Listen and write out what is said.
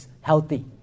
healthy